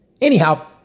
anyhow